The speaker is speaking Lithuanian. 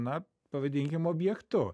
na pavadinkim objektu